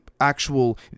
actual